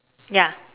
ya